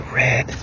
red